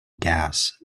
gas